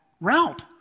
route